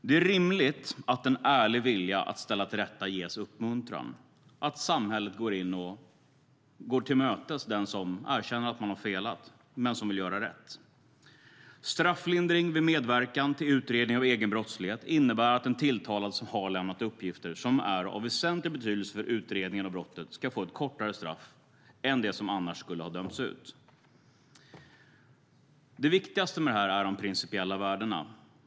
Det är rimligt att en ärlig vilja att ställa till rätta uppmuntras och att samhället går den som erkänner att den har felat och vill göra rätt till mötes. Strafflindring vid medverkan till utredning av egen brottslighet innebär att en tilltalad som har lämnat uppgifter som är av väsentlig betydelse för utredningen av brottet ska få ett kortare straff än det som annars skulle ha dömts ut. Det viktigaste med detta är de principiella värdena.